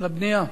לבנייה.